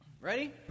Ready